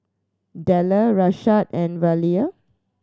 Dellar Rashad and Velia